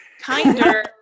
Kinder